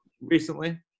recently